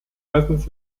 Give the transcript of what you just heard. meistens